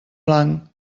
blanc